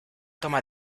toma